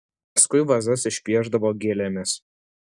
paskui vazas išpiešdavo gėlėmis